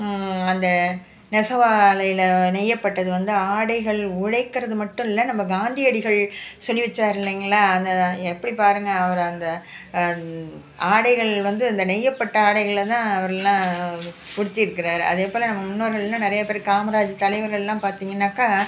அந்த நெசவாலையில் நெய்யப்பட்டது வந்து ஆடைகள் உழைக்கிறது மட்டும் இல்லை நம்ம காந்தியடிகள் சொல்லி வச்சார் இல்லைங்களா அந்த எப்படி பாருங்க அவர் அந்த ஆடைகள் வந்து அந்த நெய்யப்பட்ட ஆடைகளை தான் அவருளான் உடுத்திருக்கார் அது எப்போன்னா நம்ம முன்னோர்களெல்லாம் நிறையா பேர் காமராஜ் தலைவர்களெல்லாம் பார்த்தீங்கன்னாக்கா